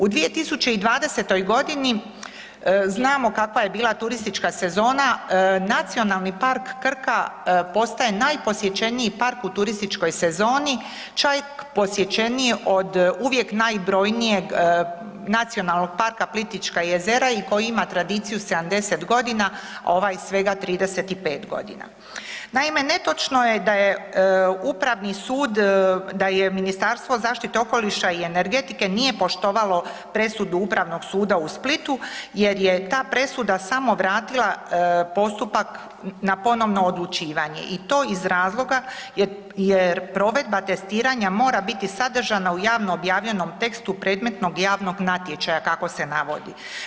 U 2020.g. znamo kakva je bila turistička sezona, NP Krka postaje najposjećeniji park u turističkoj sezoni, čak posjećeniji od uvijek najbrojnijeg NP Plitvička jezera i koji ima tradiciju 70.g., a ovaj svega 35.g. Naime, netočno je da je upravni sud, da je Ministarstvo zaštite okoliša i energetike nije poštovalo presudu Upravnog suda u Splitu jer je ta presuda samo vratila postupak na ponovno odlučivanje i to iz razloga jer provedba testiranja mora biti sadržana u javno objavljenom tekstu predmetnog i javnog natječaja kako se navodi.